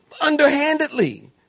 underhandedly